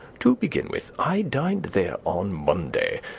to begin with, i dined there on monday,